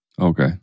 Okay